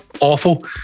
Awful